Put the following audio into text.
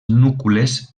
núcules